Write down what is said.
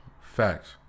Facts